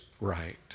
right